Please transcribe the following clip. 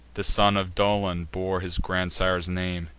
this son of dolon bore his grandsire's name,